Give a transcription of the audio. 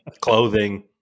clothing